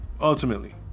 ultimately